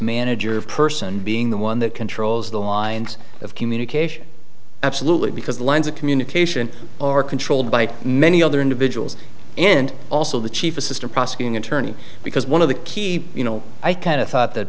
manager of person being the one that controls the lines of communication absolutely because the lines of communication are controlled by many other individuals and also the chief assistant prosecuting attorney because one of the key you know i kind of thought that